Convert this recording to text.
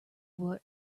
wrote